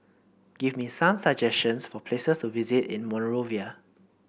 give me some suggestions for places to visit in Monrovia